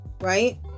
right